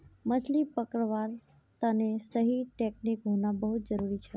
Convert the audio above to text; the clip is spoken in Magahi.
मछली पकड़वार तने सही टेक्नीक होना बहुत जरूरी छ